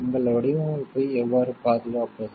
உங்கள் வடிவமைப்பை எவ்வாறு பாதுகாப்பது